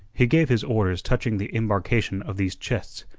he gave his orders touching the embarkation of these chests,